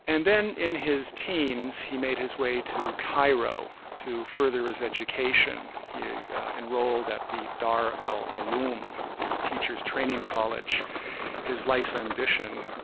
and then in his teens, he made his way to cairo to further his education. he enrolled at the dar al-'ulum, the teachers training college his life's ambition,